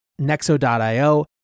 Nexo.io